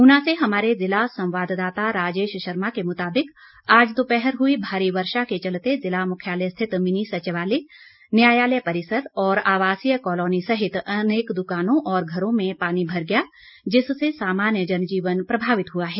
ऊना से हमारे जिला संवाददाता राजेश शर्मा के मुताबिक आज दोपहर हुई भारी वर्षा के चलते जिला मुख्यालय स्थित मिनी संचिवालय न्यायालय परिसर और आवासीय कॉलोनी सहित अनेक दुकानों और घरों में पानी भर गया जिससे सामान्य जनजीवन प्रभावित हुआ है